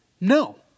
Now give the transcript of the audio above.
No